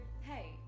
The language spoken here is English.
hey